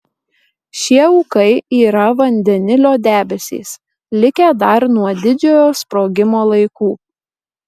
šie ūkai yra vandenilio debesys likę dar nuo didžiojo sprogimo laikų